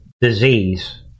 disease